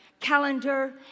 calendar